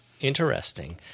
Interesting